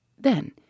Then